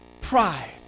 Pride